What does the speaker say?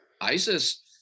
ISIS